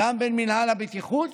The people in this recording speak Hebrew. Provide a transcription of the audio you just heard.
בין מינהל הבטיחות